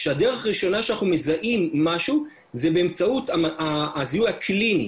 שהדרך הראשונה שאנחנו מזהים משהו זה באמצעות הזיהוי הקליני,